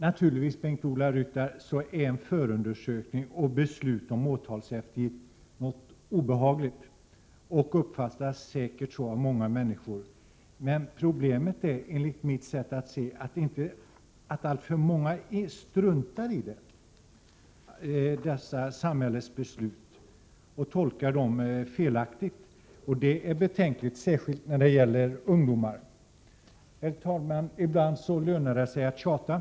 Naturligtvis är det så, Bengt-Ola Ryttar, att en förundersökning och ett beslut om åtalseftergift är något obehagligt, och det uppfattas säkert så av många människor. Problemet är, enligt mitt sätt att se, att alltför många struntar i dessa samhällets beslut och tolkar dem felaktigt, och det är betänkligt särskilt när det gäller ungdomar. Herr talman! Ibland så lönar det sig att tjata.